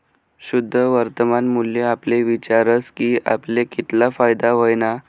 शुद्ध वर्तमान मूल्य आपले विचारस की आपले कितला फायदा व्हयना